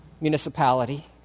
municipality